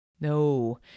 No